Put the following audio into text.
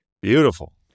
Beautiful